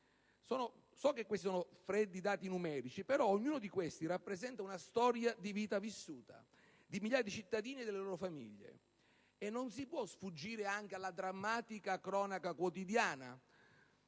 Si tratta di freddi dati numerici, ognuno dei quali però rappresenta una storia di vita vissuta da migliaia di cittadini e dalle loro famiglie. Non si può sfuggire poi alla drammatica cronaca quotidiana